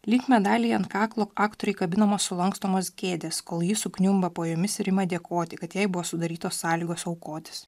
lyg medaliai ant kaklo aktorei kabinamos sulankstomos kėdės kol ji sukniumba po jomis ir ima dėkoti kad jai buvo sudarytos sąlygos aukotis